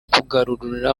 kugarurura